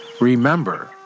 Remember